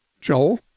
Joel